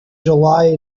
july